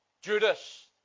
Judas